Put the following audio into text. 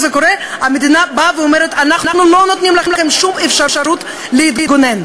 המדינה באה ואומרת: אנחנו לא נותנים לכם שום אפשרות להתגונן.